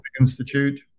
Institute